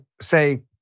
say